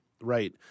Right